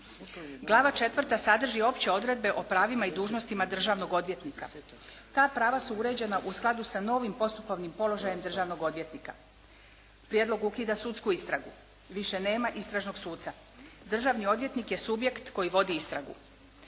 Glava četvrta sadrži opće odredbe o pravima i dužnostima državnog odvjetnika. Ta prava su uređena u skladu sa novim postupovnim položajem državnog odvjetnika. Prijedlog ukida sudsku istragu i više nema istražnog suca. Državni odvjetnik je subjekt koji vodi istragu.